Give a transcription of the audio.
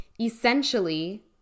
Essentially